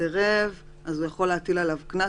אם סירב, הוא יוכל להטיל עליו קנס.